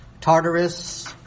Tartarus